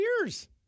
years